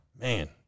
man